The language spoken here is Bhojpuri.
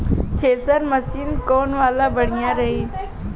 थ्रेशर मशीन कौन वाला बढ़िया रही?